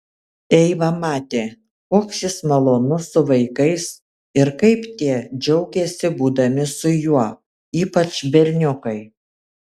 eiva matė koks jis malonus su vaikais ir kaip tie džiaugiasi būdami su juo ypač berniukai